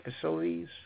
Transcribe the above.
facilities